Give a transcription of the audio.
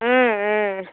ம் ம்